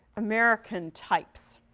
american types.